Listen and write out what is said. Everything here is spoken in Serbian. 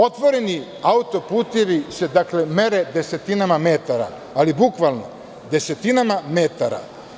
Otvoreni autoputevi se mere desetinama metara, ali bukvalno desetinama metara.